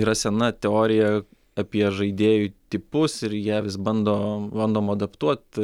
yra sena teorija apie žaidėjų tipus ir ją vis bando bandoma adaptuot